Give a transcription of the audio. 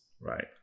Right